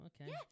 okay